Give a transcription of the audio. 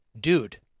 dude